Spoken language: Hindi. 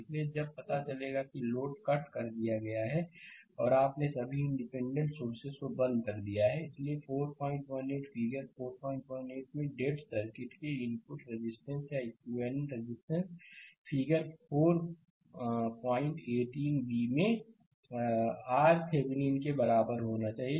इसलिए जब पता चलेगा कि लोड कट कर दिया गया है और आपने सभी इंडिपेंडेंट सोर्सेस को बंद कर दिया है इसलिए 418 और फिगर 418 में डेड सर्किट के इनपुट रेजिस्टेंस या इक्विवेलेंटरेजिस्टेंस फिगर 4 पॉइंट 18 b में RThevenin के बराबर होना चाहिए